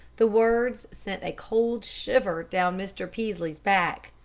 the words sent a cold shiver down mr. peaslee's back.